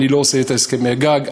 אני לא עושה את הסכמי הגג,